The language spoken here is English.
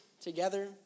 together